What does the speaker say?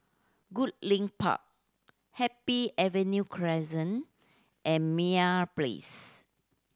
Goodlink Park Happy Avenue and Meyer Place